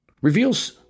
reveals